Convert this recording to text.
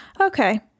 Okay